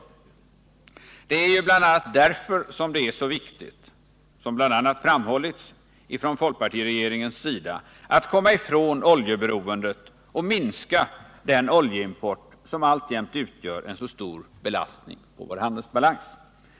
Det är ju bl.a. därför som det är så viktigt — vilket har framhållits av folkpartiregeringen — att komma ifrån oljeberoendet och minska den oljeimport som alltjämt utgör en så stor belastning på vår handelsbalans.